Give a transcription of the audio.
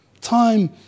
time